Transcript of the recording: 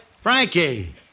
Frankie